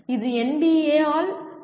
இது NBA ஆல் தேவைப்படுகிறது